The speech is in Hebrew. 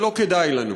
זה לא כדאי לנו.